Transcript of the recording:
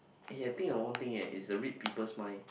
eh I think of one thing eh it's the read people's mind